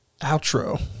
Outro